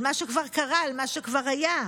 על מה שכבר קרה, על מה שכבר היה,